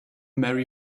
marry